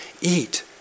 Eat